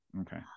Okay